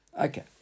Okay